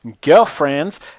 girlfriends